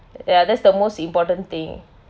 ya that's the most important thing